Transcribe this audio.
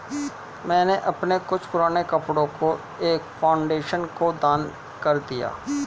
मैंने अपने कुछ पुराने कपड़ो को एक फाउंडेशन को दान कर दिया